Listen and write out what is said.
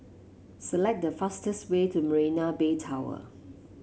select the fastest way to Marina Bay Tower